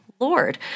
Lord